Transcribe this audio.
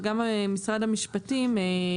וגם להבנת משרד המשפטים,